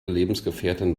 lebensgefährtin